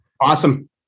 Awesome